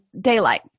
daylight